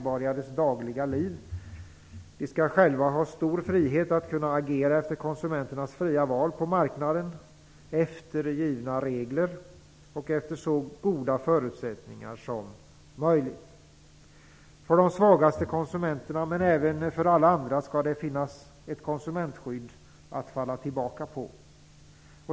Konsumenterna skall själva ha stor frihet att kunna agera efter sitt fria val på marknaden efter givna regler och efter så goda förutsättningar som möjligt. För de svagaste konsumenterna, men även för alla andra, skall det finnas ett konsumentskydd att falla tillbaka på.